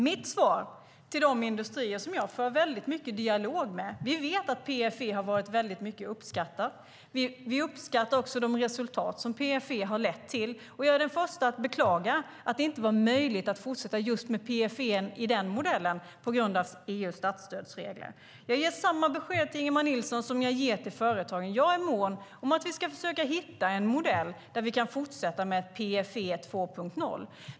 Mitt svar till de industrier som jag för en tät dialog med är att vi vet att PFE har varit mycket uppskattat. Vi uppskattar också de resultat som PFE har lett till, och jag är den första att beklaga att det inte var möjligt att fortsätta med PFE:n i den formen på grund av EU:s statsstödsregler. Jag ger samma besked till Ingemar Nilsson som jag ger till företagen, nämligen att jag är mån om att vi ska hitta en modell där vi kan fortsätta med PFE 2.0.